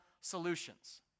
solutions